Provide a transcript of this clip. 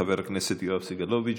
חבר הכנסת יואב סגלוביץ',